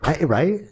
right